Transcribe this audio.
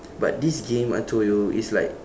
but this game I told you is like